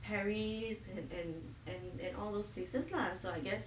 paris and and and and all those places lah so I guess